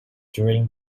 during